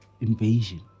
invasion